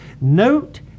Note